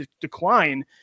decline